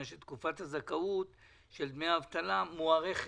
שתקופת הזכאות של דמי אבטלה מוארכת.